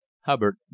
hubbard